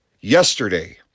yesterday